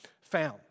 found